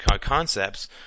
concepts